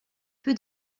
peu